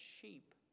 sheep